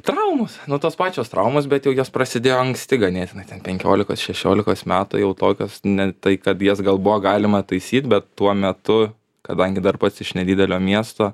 traumos nu tos pačios traumos bet jos prasidėjo anksti ganėtinai ten penkiolikos šešiolikos metų jau tokios ne tai kad jas gal buvo galima taisyt bet tuo metu kadangi dar pats iš nedidelio miesto